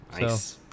Nice